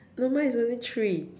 no mine is only three